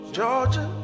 Georgia